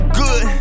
good